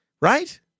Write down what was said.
right